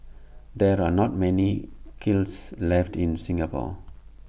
there are not many kilns left in Singapore